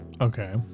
Okay